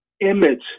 Image